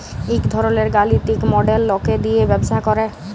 ইক ধরলের গালিতিক মডেল লকে দিয়ে ব্যবসা করে